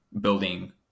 building